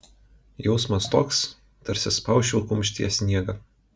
jausmas toks tarsi spausčiau kumštyje sniegą